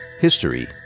history